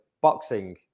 boxing